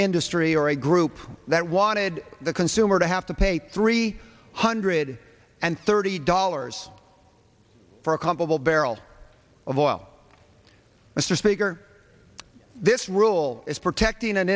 industry or a group that wanted the consumer to have to pay three hundred and thirty dollars for a comparable barrel of oil mr speaker this rule is protecting an